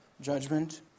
judgment